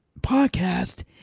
podcast